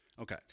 Okay